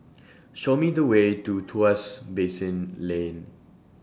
Show Me The Way to Tuas Basin Lane